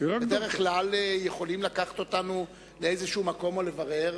בדרך כלל יכולים לקחת אותנו לאיזה מקום או לברר,